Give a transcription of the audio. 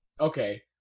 Okay